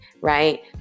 right